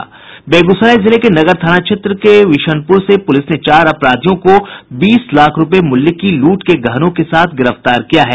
बेगूसराय जिले के नगर थाना क्षेत्र के विशनपूर से पूलिस ने चार अपराधियों को बीस लाख रूपये मूल्य की लूट के गहनों के साथ गिरफ्तार किया है